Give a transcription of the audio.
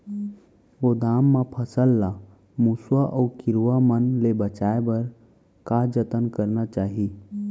गोदाम मा फसल ला मुसवा अऊ कीरवा मन ले बचाये बर का जतन करना चाही?